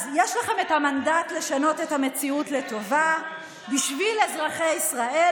אז יש לכם המנדט לשנות את המציאות לטובה בשביל אזרחי ישראל,